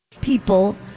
people